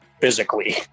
physically